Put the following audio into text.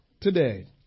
today